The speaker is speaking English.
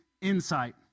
insight